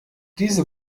diese